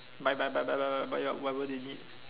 buy buy buy buy buy buy buy whatever they need